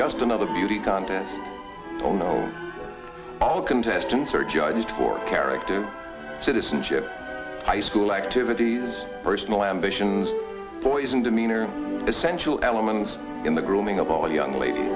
just another beauty contest on old all contestants are judged for character citizenship by school activities personal ambitions boys and demeanor essential elements in the grooming of all young lad